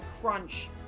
Crunch